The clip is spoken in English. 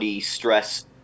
stress